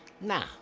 Now